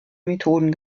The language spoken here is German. methoden